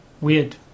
weird